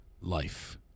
life